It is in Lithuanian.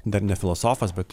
dar ne filosofas bet